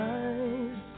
eyes